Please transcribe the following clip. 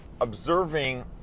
observing